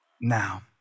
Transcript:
now